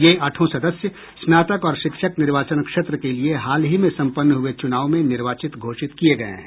ये आठों सदस्य स्नातक और शिक्षक निर्वाचन क्षेत्र के लिए हाल ही में संपन्न हुए चुनाव में निर्वाचित घोषित किये गये हैं